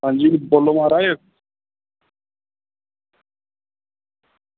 हां जी बोलो महाराज